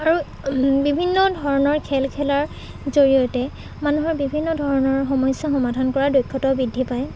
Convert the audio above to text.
আৰু বিভিন্ন ধৰণৰ খেল খেলাৰ জৰিয়তে মানুহৰ বিভিন্ন ধৰণৰ সমস্যা সমাধান কৰাৰ দক্ষতাও বৃদ্ধি পায়